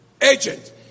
Agent